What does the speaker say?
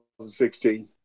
2016